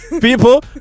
people